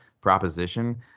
proposition